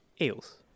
Eels